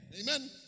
Amen